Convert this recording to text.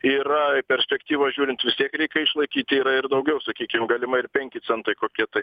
yra perspektyvos žiūrint vis tiek reikia išlaikyti yra ir daugiau sakykim galimai ir penki centai kokie tai